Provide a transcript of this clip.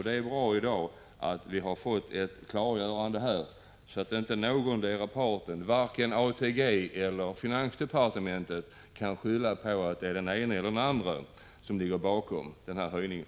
Det är bra att vi i dag har fått ett klargörande, så att ingendera parten, varken ATG eller finansdepartementet, kan skylla på att det är den andre som ligger bakom höjningen.